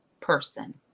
person